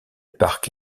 parc